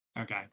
Okay